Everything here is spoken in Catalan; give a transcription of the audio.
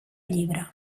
llibre